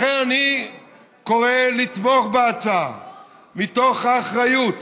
לכן, אני קורא לתמוך בהצעה מתוך אחריות.